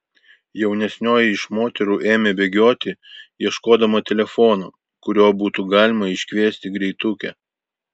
jaunesnioji iš moterų ėmė bėgioti ieškodama telefono kuriuo būtų galima iškviesti greitukę